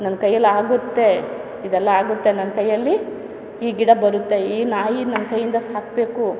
ನನ್ನ ಕೈಯ್ಯಲ್ಲಿ ಆಗುತ್ತೆ ಇದೆಲ್ಲ ಆಗುತ್ತೆ ನನ್ನ ಕೈಯ್ಯಲ್ಲಿ ಈ ಗಿಡ ಬರುತ್ತೆ ಈ ನಾಯಿ ನನ್ನ ಕೈಯ್ಯಿಂದ ಸಾಕಬೇಕು